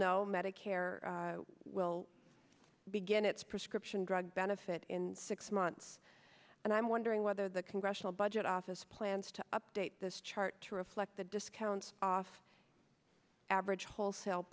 know medicare will begin its prescription drug benefit in six months and i'm wondering whether the congressional budget office plans to update this chart to reflect the discounts off average wholesale